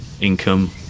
income